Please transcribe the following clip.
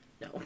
No